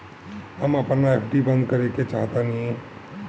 हम अपन एफ.डी बंद करेके चाहातानी